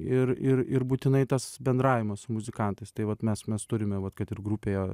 ir ir ir būtinai tas bendravimas su muzikantais tai vat mes mes turime vat kad ir grupėje